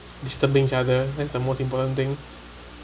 disturbing each other that's the most important thing